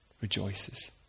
rejoices